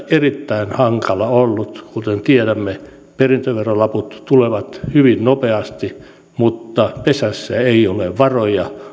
erittäin hankala kuten tiedämme perintöverolaput tulevat hyvin nopeasti mutta pesässä ei ole varoja